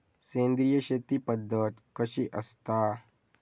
सेंद्रिय शेती पद्धत कशी असता?